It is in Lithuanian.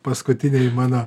paskutiniai mano